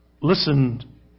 listen